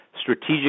strategic